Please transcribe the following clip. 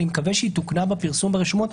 אני מקווה שהיא תוקנה בפרסום ברשומות.